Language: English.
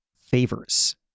favors